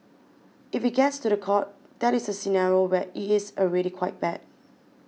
if it gets to the court that is a scenario where it is already quite bad